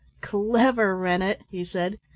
clever, rennett! he said.